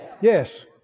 Yes